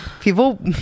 people